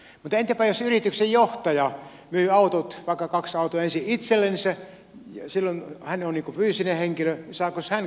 mutta entäpä jos yrityksen johtaja myy autot vaikka kaksi autoa ensin itsellensä silloin hän on niin kuin fyysinen henkilö niin saakos hän korvauksen sitten jatkossa